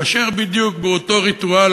כאשר בדיוק באותו ריטואל,